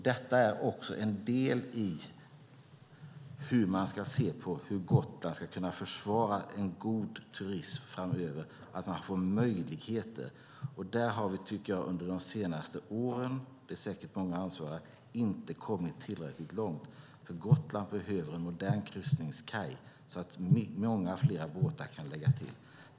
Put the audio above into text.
Detta är en del i hur man ska se på hur Gotland ska kunna försvara en god turism framöver, att man får möjligheter. Under de senaste åren - då säkert många har varit ansvariga - tycker jag inte att vi har kommit tillräckligt långt, för Gotland behöver en modern kryssningskaj, så att många fler båtar kan lägga till.